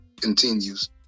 continues